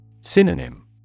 Synonym